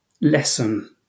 lesson